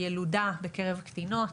ילודה בקרב קטינות,